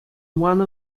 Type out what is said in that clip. one